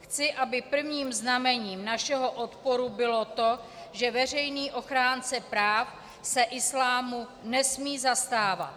Chci, aby prvním znamením našeho odporu bylo to, že veřejný ochránce práv se islámu nesmí zastávat.